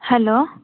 hello